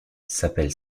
s’appelle